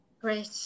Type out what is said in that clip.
Great